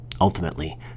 Ultimately